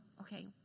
okay